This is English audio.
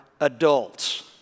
adults